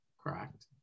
correct